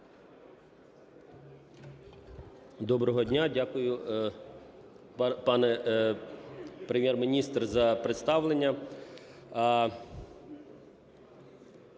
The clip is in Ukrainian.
Доброго дня! Дякую, пане Прем'єр-міністре, за представлення.